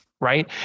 Right